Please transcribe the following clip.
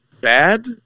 bad